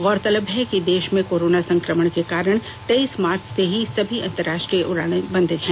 गौरतलब है कि देष में कोरोना संक्रमण के कारण तेइस मार्च से ही सभी अंतरराष्ट्रीय उड़ाने बंद हैं